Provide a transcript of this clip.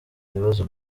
ibibazo